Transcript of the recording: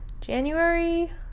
January